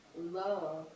love